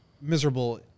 miserable